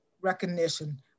recognition